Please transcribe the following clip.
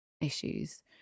issues